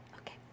Okay